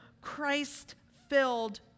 Christ-filled